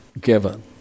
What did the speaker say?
given